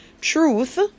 truth